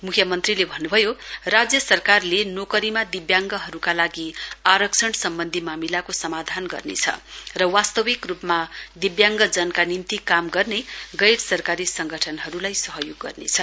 मुख्यमन्त्रीले भन्नुभयो राज्य सरकारले नोकरीमा दिव्याङ्गहरूका लागि आरक्षण सम्बन्धी मामिलाको समाधान गर्नेछ र वास्ताविक रूपमा दिव्याङ्गजनका निम्ति काम गर्ने गैर सरकारी संगठनहरूलाई सहयोग गर्नेछ